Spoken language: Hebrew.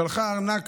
ששלחה ארנק